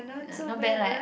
uh not bad right